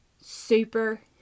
Super